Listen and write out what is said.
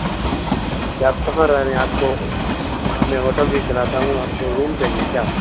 جی آپ کہاں رہ رہے ہیں آپ کو ہم نے ہوٹل بھی چلاتا ہوں آپ کو روم چاہیے کیا